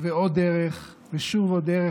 ועוד דרך ושוב עוד דרך,